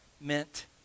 meant